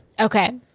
Okay